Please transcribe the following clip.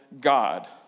God